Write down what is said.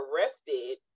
arrested